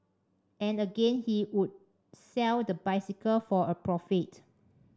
and again he would sell the bicycle for a profit